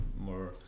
more